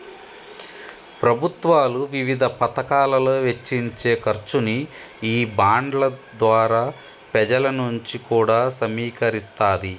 ప్రభుత్వాలు వివిధ పతకాలలో వెచ్చించే ఖర్చుని ఈ బాండ్ల ద్వారా పెజల నుంచి కూడా సమీకరిస్తాది